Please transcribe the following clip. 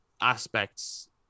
aspects